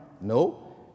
No